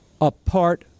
apart